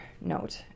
note